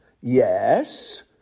yes